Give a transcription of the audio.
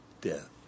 death